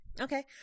Okay